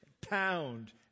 pound